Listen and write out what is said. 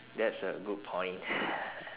that's a good point